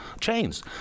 chains